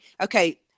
okay